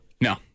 No